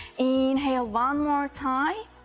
inhale one more time,